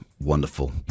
wonderful